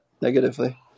negatively